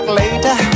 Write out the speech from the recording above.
later